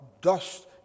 dust